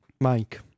Mike